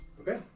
Okay